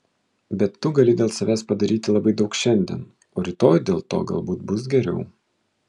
bet tu gali dėl savęs padaryti labai daug šiandien o rytoj dėl to galbūt bus geriau